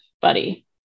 buddy